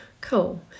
cool